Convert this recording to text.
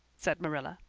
said marilla.